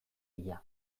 bila